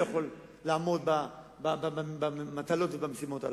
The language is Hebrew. הוא לא יכול לעמוד במטלות ובמשימות האלה,